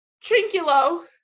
Trinculo